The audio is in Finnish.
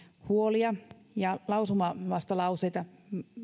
huolia ja lausumavastalauseita